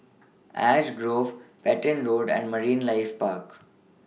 Ash Grove Petain Road and Marine Life Park